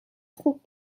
خوب